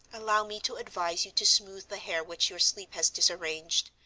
allow me to advise you to smooth the hair which your sleep has disarranged.